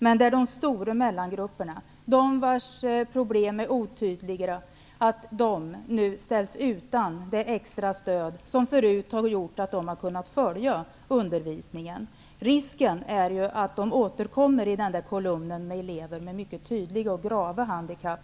Men de stora mellangrupperna, de vars problem inte är lika tydliga, ställs nu utan det extra stöd som tidigare har gjort att de har kunnat följa undervisningen. Risken är att de inom kort återkommer i kolumnen med elever med tydliga och grava handikapp.